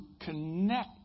connect